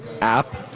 app